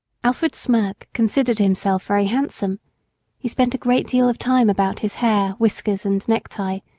alfred smirk considered himself very handsome he spent a great deal of time about his hair, whiskers and necktie,